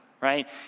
right